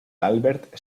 albert